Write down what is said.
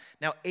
Now